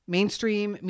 Mainstream